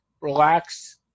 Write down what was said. relax